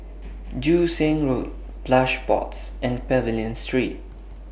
Joo Seng Road Plush Pods and Pavilion Street